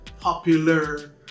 popular